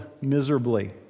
miserably